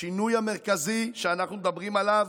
השינוי המרכזי שאנחנו מדברים עליו,